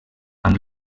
amb